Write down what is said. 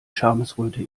schamesröte